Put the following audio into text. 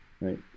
Right